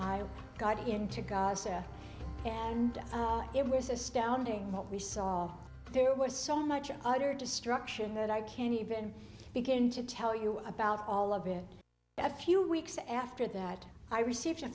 i got into gaza and it was astounding what we saw there was so much utter destruction that i can't even begin to tell you about all of it a few weeks after that i received a